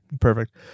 perfect